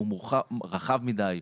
הוא רחב מדי,